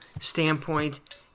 standpoint